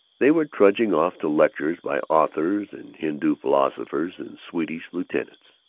they were trudging off to lectures by authors and hindu philosophers and swedish lieutenants.